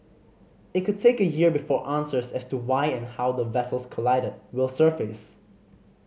it could take a year before answers as to why and how the vessels collided will surface